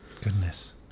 Goodness